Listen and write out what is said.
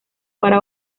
para